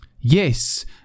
Yes